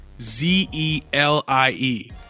Z-E-L-I-E